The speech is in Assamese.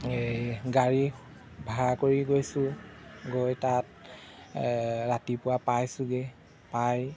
এই গাড়ী ভাড়া কৰি গৈছোঁ গৈ তাত ৰাতিপুৱা পাইছোঁগৈ পাই